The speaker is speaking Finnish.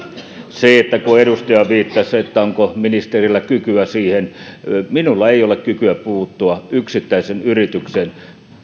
kun edustaja viittasi onko ministerillä kykyä siihen niin minulla ei ole kykyä puuttua yksittäisen yrityksen